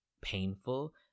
painful